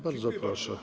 Bardzo proszę.